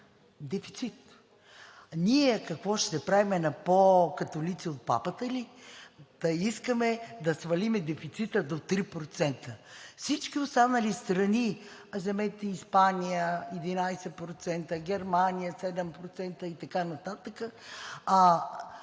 дефицит. Ние на какво ще се правим? На по католици от Папата ли, та искаме да свалим дефицита до 3%?! Всички останали страни – вземете Испания – 11%, Германия – 7%, и така нататък,